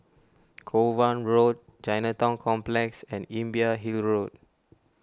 Kovan Road Chinatown Complex and Imbiah Hill Road